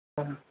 ஆ